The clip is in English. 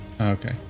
Okay